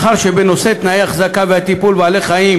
מאחר שבנושא תנאי ההחזקה והטיפול בבעלי-חיים